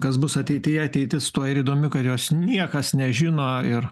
kas bus ateityje ateitis tuo ir įdomi kad jos niekas nežino ir